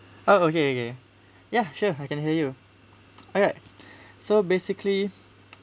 oh okay okay ya sure I can hear you alright so basically